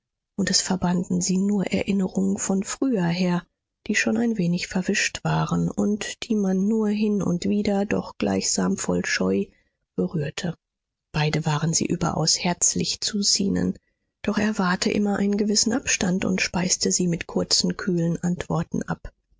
und es verbanden sie nur erinnerungen von früher her die schon ein wenig verwischt waren und die man nur hin und wieder doch gleichsam voll scheu berührte beide waren sie überaus herzlich zu zenon doch er wahrte immer einen gewissen abstand und speiste sie mit kurzen kühlen antworten ab